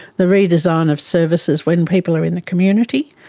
the redesign of services when people are in the community,